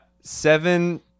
Seven